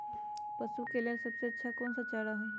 पशु के लेल सबसे अच्छा कौन सा चारा होई?